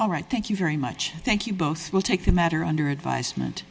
all right thank you very much thank you both will take the matter under advisement